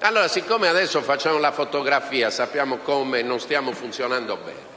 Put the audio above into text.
Allora, siccome adesso facciamo la fotografia e sappiamo che non stiamo funzionando bene,